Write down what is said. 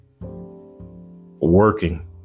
working